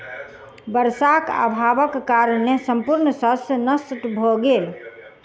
वर्षाक अभावक कारणेँ संपूर्ण शस्य नष्ट भ गेल